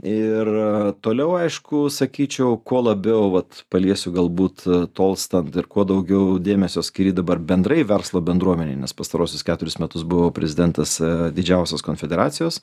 ir toliau aišku sakyčiau kuo labiau vat paliesiu galbūt tolstant ir kuo daugiau dėmesio skiri dabar bendrai verslo bendruomenei nes pastaruosius keturis metus buvau prezidentas didžiausios konfederacijos